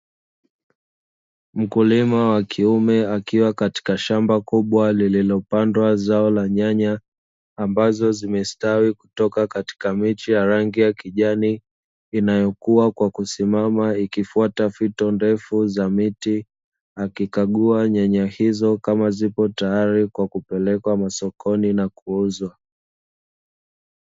Mkulima wa kiume akiwa katika shamba kubwa lililopandwa zao la nyanya, ambazo zimestawi kutoka katika miche ya rangi ya kijani inayokuwa kwa kusimama, ikifuata fito ndefu za miti, akikagua nyanya hizo kama zipo tayari kwa kupelekwa masokoni na kuuzwa.